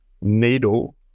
needle